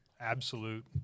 absolute